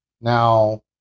Now